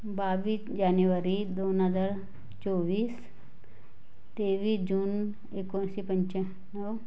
बावीस जानेवारी दोन हजार चोवीस तेवीस जून एकोणीसशे पंच्याण्णव